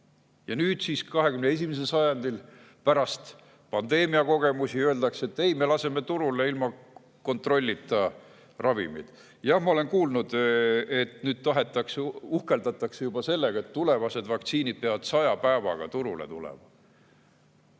Ja nüüd siis 21. sajandil, pärast pandeemia kogemusi öeldakse, et me laseme turule ilma kontrollita ravimid. Jah, olen kuulnud, et nüüd uhkeldatakse juba sellega, et tulevased vaktsiinid peavad 100 päevaga turule tulema.